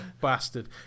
bastard